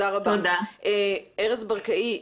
ארז ברקאי,